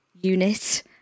unit